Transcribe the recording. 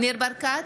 ניר ברקת,